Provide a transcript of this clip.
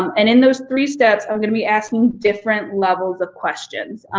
and in those three steps i'm gonna be asking different levels of questions.